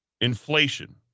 Inflation